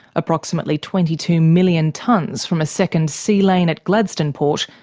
approximately twenty two million tonnes from a second sea lane at gladstone port,